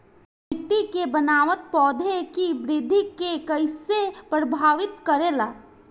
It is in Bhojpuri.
मिट्टी के बनावट पौधों की वृद्धि के कईसे प्रभावित करेला?